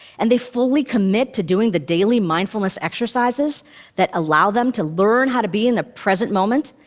and they fully commit to doing the daily mindfulness exercises that allow them to learn how to be in the present moment,